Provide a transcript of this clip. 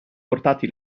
portati